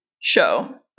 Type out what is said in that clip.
show